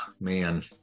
man